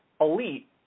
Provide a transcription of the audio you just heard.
elite